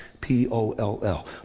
P-O-L-L